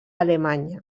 alemanya